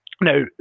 Now